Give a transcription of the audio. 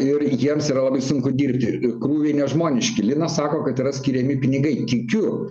ir jiems yra labai sunku dirbti ir krūviai nežmoniški linas sako kad yra skiriami pinigai tikiu